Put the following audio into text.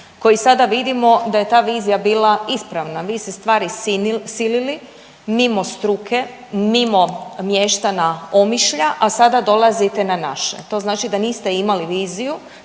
koji sada vidimo da je ta vizija bila ispravna. Vi ste stvari silili mimo struke, mimo mještana Omišlja, a sada dolazite na naše. To znači da niste imali viziju,